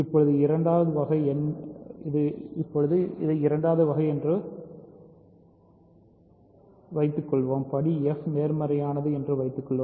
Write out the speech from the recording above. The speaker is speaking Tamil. இப்போது இரண்டாவது வகை என்று வைத்துக்கொள்வோம் படி f நேர்மறையானது என்று வைத்துக்கொள்வோம்